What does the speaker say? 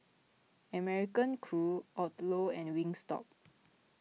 American Crew Odlo and Wingstop